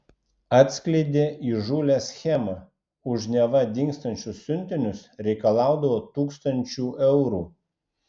atskleidė įžūlią schemą už neva dingstančius siuntinius reikalaudavo tūkstančių eurų